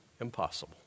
impossible